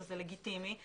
וזה לגיטימי.